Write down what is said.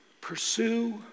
pursue